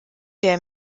der